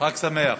חג שמח.